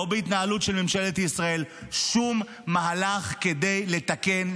בהתנהלות של ממשלת ישראל שום מהלך כדי לתקן,